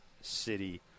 City